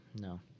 No